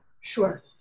Sure